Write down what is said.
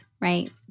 right